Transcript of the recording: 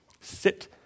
sit